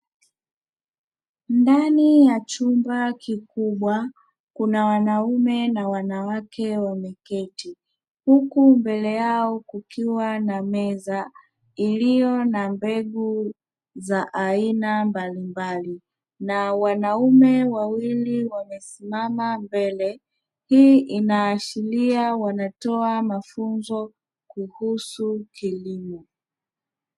Ndani ya chumba kikubwa, kuna wanaume na wanawake walioketi huku mbele yao kukiwa na meza iliyo na mbegu za aina mbalimbali, na wanaume wawili wamesimama mbele hii inaashiria wanatoa mafunzo kuhusu kilimo.